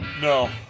No